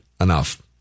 enough